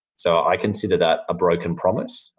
so, i consider that a broken promise.